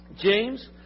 James